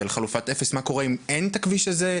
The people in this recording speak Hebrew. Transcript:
של חלופת אפס מה קורה אם אין את הכביש הזה,